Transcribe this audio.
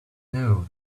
know